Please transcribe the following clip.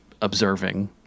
observing